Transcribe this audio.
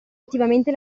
attivamente